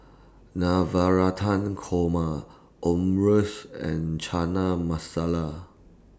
Navratan Korma Omurice and Chana Masala